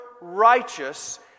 righteous